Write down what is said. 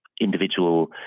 individual